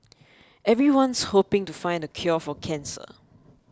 everyone's hoping to find the cure for cancer